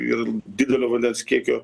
ir didelio vandens kiekio